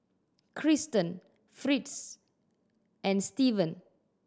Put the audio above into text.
Kristen Fritz and Stevan